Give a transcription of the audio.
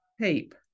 Tape